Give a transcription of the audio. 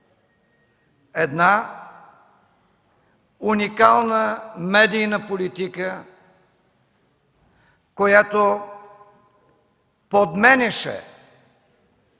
една уникална медийна политика, която подменяше